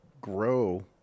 grow